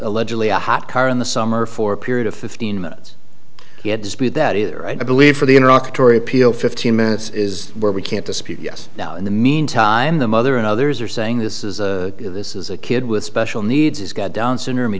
allegedly a hot car in the summer for a period of fifteen minutes he had to speed that either i believe for the iraq to repeal fifteen minutes is where we can't dispute yes now in the meantime the mother and others are saying this is a this is a kid with special needs he's got down sooner me